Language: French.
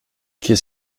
qu’est